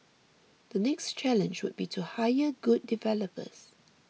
the next challenge would be to hire good developers